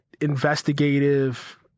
investigative